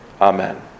Amen